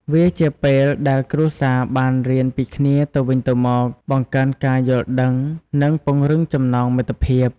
វាជាពេលដែលគ្រួសារបានរៀនពីគ្នាទៅវិញទៅមក បង្កើនការយល់ដឹង និងពង្រឹងចំណងមិត្តភាព។